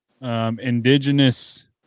Indigenous